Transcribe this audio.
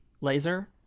laser